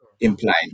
Implied